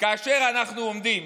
כאשר אנחנו עומדים,